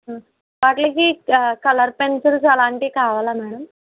వాటికి colour pencils అలాంటివి కావాలా మేడం